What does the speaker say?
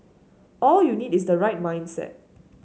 all you need is the right mindset